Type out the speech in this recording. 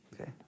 Okay